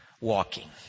walking